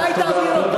מתי תעביר אותו?